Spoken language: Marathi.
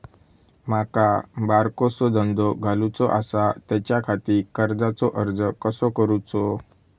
माका बारकोसो धंदो घालुचो आसा त्याच्याखाती कर्जाचो अर्ज कसो करूचो?